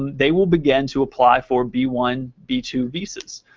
they will begin to apply for b one b two visas